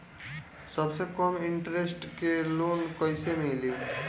सबसे कम इन्टरेस्ट के लोन कइसे मिली?